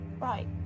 Right